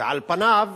ועל פניו,